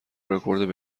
رکورد